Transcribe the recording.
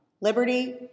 liberty